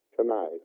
tonight